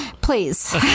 Please